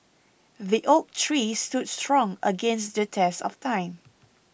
the oak tree stood strong against the test of time